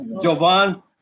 Jovan